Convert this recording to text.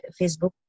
Facebook